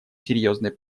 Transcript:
серьезной